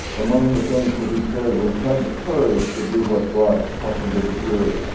among the things that he said was have the courage to do what's right talking to the jury.